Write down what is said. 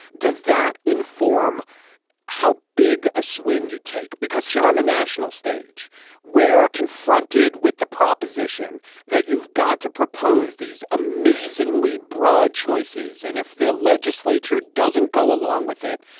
does that inform how big a swing you take? because here on the national stage where confronted with the proposition that you've got to propose these amazingly broad choices, and if the legislature doesn't go along with it,